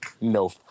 No